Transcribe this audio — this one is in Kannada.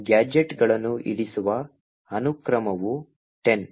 ಗ್ಯಾಜೆಟ್ಗಳನ್ನು ಇರಿಸುವ ಅನುಕ್ರಮವು 10